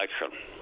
election